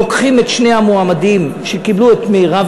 לוקחים את שני המועמדים שקיבלו את רוב